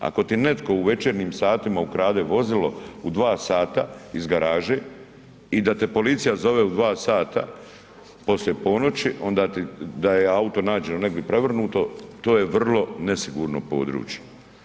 Ako ti netko u večernjim satima ukrade vozilo u 2 sata iz garaže i da te policija zove u 2 sata poslije ponoći, onda ti, da je auto nađeno negdje prevrnuto, to je vrlo nesigurno područje.